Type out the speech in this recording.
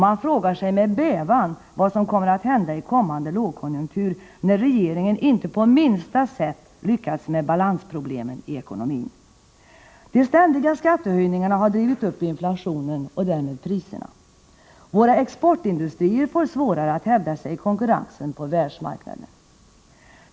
Man frågar sig med bävan vad som kommer att hända i kommande lågkonjunktur, när regeringen inte på minsta sätt lyckats med balansproblemen i ekonomin. De ständiga skattehöjningarna har drivit upp inflationen och därmed priserna. Våra exportindustrier får svårare att hävda sig i konkurrensen på världsmarknaden.